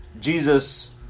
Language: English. Jesus